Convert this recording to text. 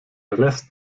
rest